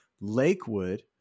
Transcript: Lakewood